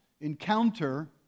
encounter